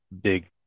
big